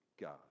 God